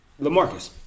Lamarcus